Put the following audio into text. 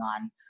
on